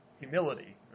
humility